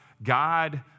God